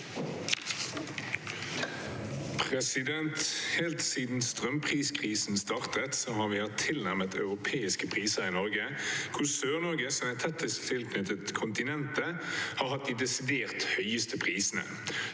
«Helt siden strømpriskrisen startet har vi hatt tilnærmet europeiske priser i Norge, hvor Sør-Norge, som er tettest tilknyttet kontinentet, har hatt de desidert høyeste prisene.